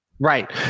Right